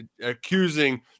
accusing